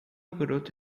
garota